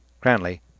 Cranley